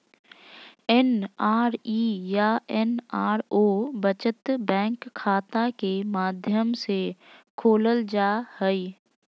NRE या NRO बचत bank खाता के माध्यम से खोलल जा हइ